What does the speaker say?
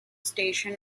station